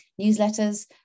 newsletters